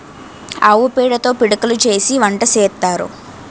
ఆవు పేడతో పిడకలు చేసి వంట సేత్తారు